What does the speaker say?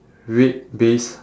red base